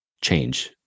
change